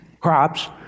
crops